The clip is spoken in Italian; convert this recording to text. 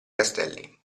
castelli